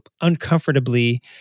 uncomfortably